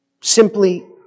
simply